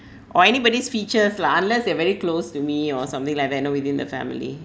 or anybody's features lah unless they are very close to me or something like that know within the family